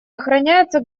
охраняется